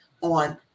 on